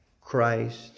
Christ